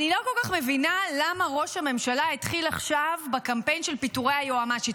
אני לא כל כך מבינה למה ראש הממשלה התחיל בקמפיין של פיטורי היועמ"שית.